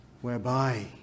whereby